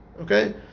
Okay